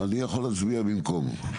אני יכול להצביע במקום.